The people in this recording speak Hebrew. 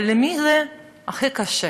אבל למי זה הכי קשה?